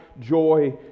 joy